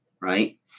right